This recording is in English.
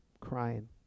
crying